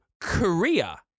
Korea